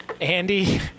Andy